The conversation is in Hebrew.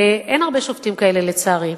ואין הרבה שופטים כאלה, לצערי.